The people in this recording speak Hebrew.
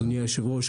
אדוני היושב ראש,